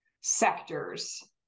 sectors